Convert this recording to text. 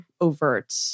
overt